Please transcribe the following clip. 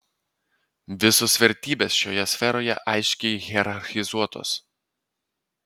visos vertybės šioje sferoje aiškiai hierarchizuotos